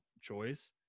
choice